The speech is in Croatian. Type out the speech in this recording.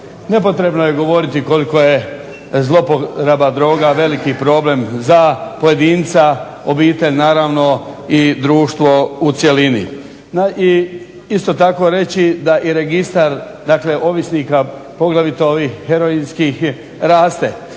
Nepotrebno je govoriti koliko je zloporaba droga veliki problem za pojedinca, obitelj naravno i društvo u cjelini i isto tako reći da i registar dakle ovisnika, poglavito ovih heroinskih, raste